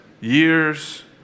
years